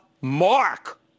Mark